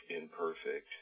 imperfect